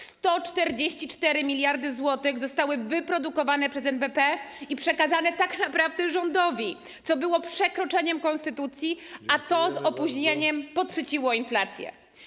144 mld zł zostały wyprodukowane przez NBP i przekazane tak naprawdę rządowi, co było przekroczeniem konstytucji, a to z opóźnieniem podsyciło inflację.